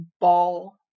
ball